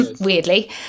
weirdly